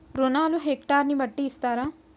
రుణాలు హెక్టర్ ని బట్టి ఇస్తారా?